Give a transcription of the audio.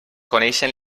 coneixen